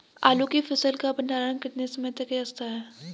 आलू की फसल का भंडारण कितने समय तक किया जा सकता है?